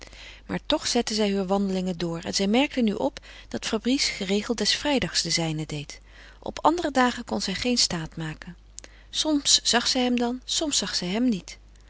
maar toch zette zij heur wandelingen door en zij merkte nu op dat fabrice geregeld des vrijdags de zijne deed op andere dagen kon zij geen staat maken soms zag zij hem dan soms zag zij hem niet